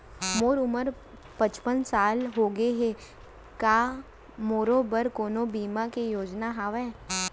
मोर उमर पचपन साल होगे हे, का मोरो बर कोनो बीमा के योजना हावे?